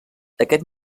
aquest